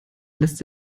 lässt